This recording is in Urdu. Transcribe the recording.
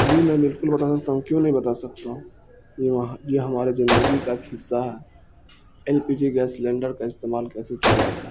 جی میں بالکل بتا سکتا ہوں کیوں نہیں بتا سکتا یہ وہاں یہ ہمارے زندگی کا اک حصہ ہے L P G gas cylinder کا استعمال کیسے کیا جاتا ہے